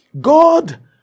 God